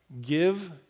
give